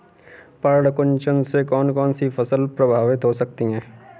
पर्ण कुंचन से कौन कौन सी फसल प्रभावित हो सकती है?